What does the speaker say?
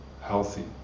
healthy